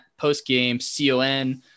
postgamecon